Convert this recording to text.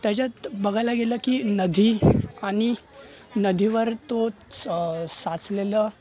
त्याच्यात बघायला गेलं की नदी आणि नदीवर तोच साचलेलं